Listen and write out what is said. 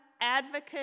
advocate